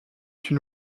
une